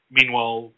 Meanwhile